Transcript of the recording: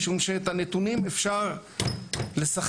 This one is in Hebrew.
משום שעם נתונים אפשר לשחק,